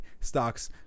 stocks